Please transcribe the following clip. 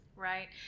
Right